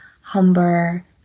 Humber